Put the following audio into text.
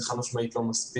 זה חד משמעית לא מספיק.